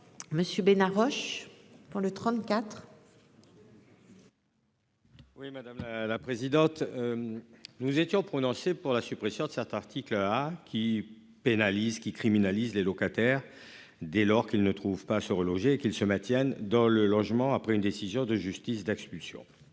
Monsieur Bénard Roche pour le 34. Oui madame la présidente. Nous étions prononcés pour la suppression de certains articles à qui pénalise qui criminalise les locataires dès lors qu'ils ne trouvent pas à se reloger qu'il se maintiennent dans le logement après une décision de justice d'expulsion.